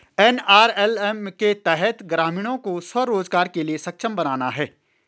NRLM के तहत ग्रामीणों को स्व रोजगार के लिए सक्षम बनाना है